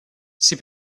sie